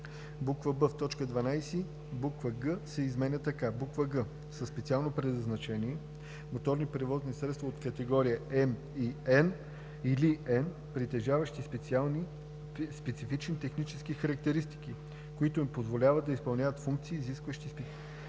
б) в т. 12 буква „г“ се изменя така: ,,г) със специално предназначение – моторни превозни средства от категории М или N, притежаващи специфични технически характеристики, които им позволяват да изпълняват функции, изискващи